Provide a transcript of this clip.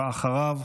ואחריו,